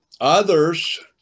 Others